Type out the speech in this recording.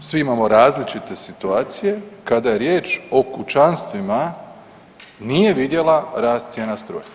svi imamo različite situacije kada je riječ o kućanstvima nije vidjela rast cijena struje.